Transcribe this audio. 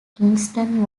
kingston